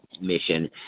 mission